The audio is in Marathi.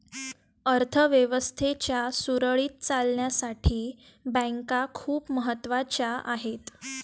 अर्थ व्यवस्थेच्या सुरळीत चालण्यासाठी बँका खूप महत्वाच्या आहेत